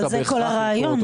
זה כל הרעיון.